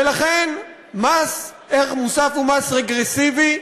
ולכן מס ערך מוסף הוא מס רגרסיבי,